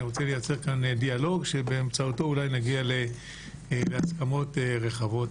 אני רוצה לייצר כאן דיאלוג שבאמצעותו אולי נגיע להסכמות רחבות.